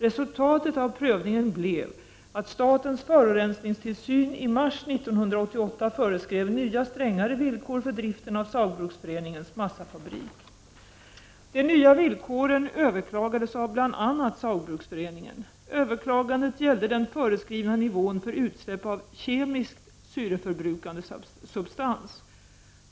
Resultatet av prövningen blev att statens forurensningstilsyn i mars 1988 föreskrev nya strängare villkor för driften av Saugbrugsforeningens massafabrik. De nya villkoren överklagades av bl.a. Saugbrugsforeningen. Överklagandet gällde den föreskrivna nivån för utsläpp av kemiskt syreförbrukande substans.